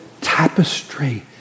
tapestry